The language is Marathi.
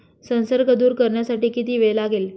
संसर्ग दूर करण्यासाठी किती वेळ लागेल?